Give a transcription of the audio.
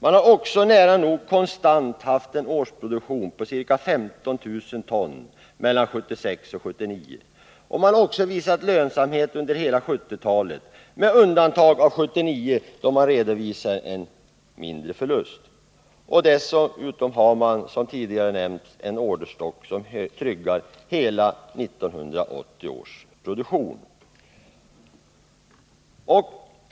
Man har också nära nog konstant haft en årsproduktion på ca 15 000 ton mellan 1976 och 1979. Man har även visat lönsamhet under hela 1970-talet med undantag för 1979, då man redovisar en mindre förlust. Dessutom har man, som tidigare nämnts, en orderstock som tryggar hela 1980 års produktion.